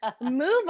Move